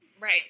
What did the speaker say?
Right